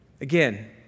Again